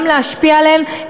גם להשפיע עליהם,